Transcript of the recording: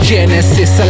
Genesis